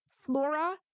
flora